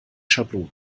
schablone